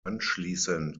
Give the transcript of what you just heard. anschließend